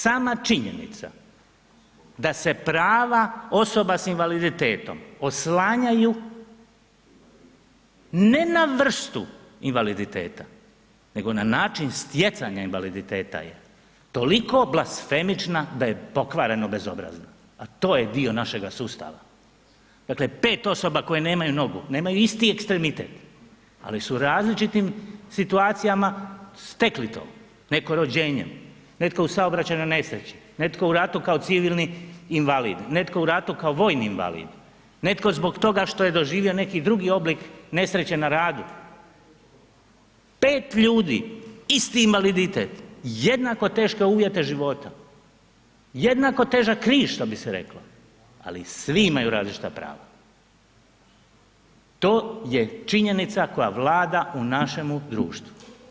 Sama činjenica da se prava osoba s invaliditetom oslanjaju ne na vrstu invaliditeta, nego na način stjecanja invaliditeta je toliko blasfemična da je pokvareno bezobrazna, a to je dio našega sustava, dakle 5 osoba koje nemaju nogu, nemaju isti ekstremitet, ali su u različitim situacijama stekli to, netko rođenjem, netko u saobraćajnoj nesreći, netko u ratu kao civilni invalid, netko u ratu kao vojni invalid, netko zbog toga što je doživio neki drugi oblik nesreće na radu, 5 ljudi isti invaliditet, jednako teške uvjete života, jednako težak križ što bi se reklo, ali svi imaju različita prava, to je činjenica koja vlada u našemu društvu.